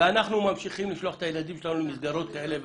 ובינתיים אנחנו ממשיכים לשלוח את הילדים שלנו למסגרות כאלה ואחרות.